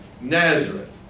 Nazareth